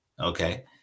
Okay